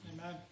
Amen